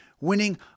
winning